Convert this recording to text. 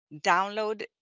download